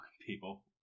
people